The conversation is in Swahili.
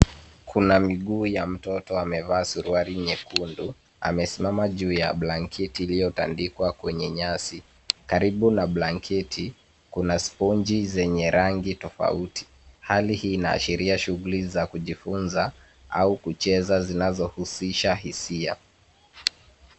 Kuna miguu ya mtoto amevaa suruali nyekundu, amesimama juu ya blanketi iliyotandikwa kwenye nyasi ,karibu na blanketi kuna sponji zenye rangi tofauti. Halii hii inaashiria shughuli za kujifunza, au kucheza zinazohusisha, hisia.